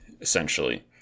essentially